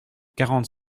quarante